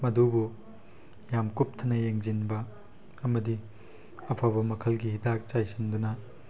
ꯃꯗꯨꯕꯨ ꯌꯥꯝ ꯀꯨꯞꯊꯅ ꯌꯦꯡꯁꯤꯟꯕ ꯑꯃꯗꯤ ꯑꯐꯕ ꯃꯈꯜꯒꯤ ꯍꯤꯗꯥꯛ ꯆꯥꯏꯁꯤꯟꯗꯨꯅ